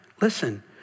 listen